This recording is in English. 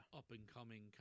up-and-coming